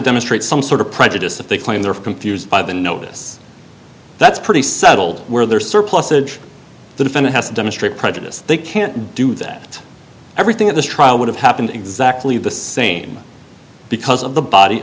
demonstrate some sort of prejudice if they claim they're confused by the notice that's pretty settled where they're surplusage the defendant has to demonstrate prejudice they can't do that everything at the trial would have happened exactly the same because of the body